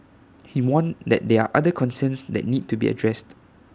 he warned that there are other concerns that need to be addressed